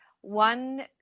one